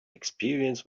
experience